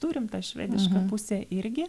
turim tą švedišką pusę irgi